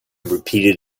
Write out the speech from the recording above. repeated